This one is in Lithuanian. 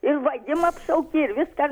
ir vagim apšaukti ir viską